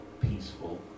peaceful